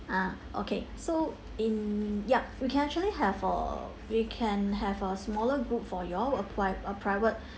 ah okay so in yup we can actually have for we can have a smaller group for y'all a pri~ a private